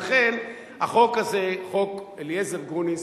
לכן, החוק הזה, חוק גרוניס,